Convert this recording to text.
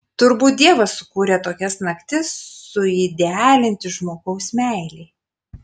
turbūt dievas sukūrė tokias naktis suidealinti žmogaus meilei